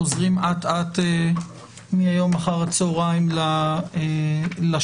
חוזרים אט-אט מהיום אחר הצוהריים לשגרה.